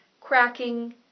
cracking